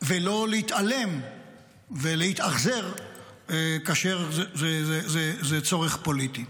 ולא להתעלם ולהתאכזר כאשר זה צורך פוליטי.